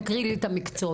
תקריא לי את המקצועות.